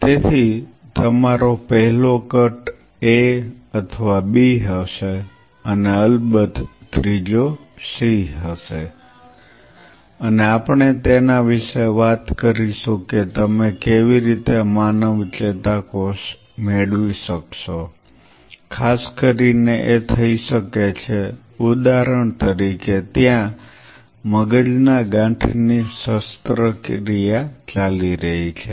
તેથી તમારો પહેલો કટ A અથવા B હશે અને અલબત્ત ત્રીજો C હશે અને આપણે તેના વિશે વાત કરીશું કે તમે કેવી રીતે માનવ ચેતાકોષ મેળવી શકશો ખાસ કરીને એ થઈ શકે છે ઉદાહરણ તરીકે ત્યાં મગજના ગાંઠની શસ્ત્રક્રિયા ચાલી રહી છે